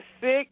sick